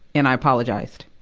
and i apologized,